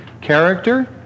character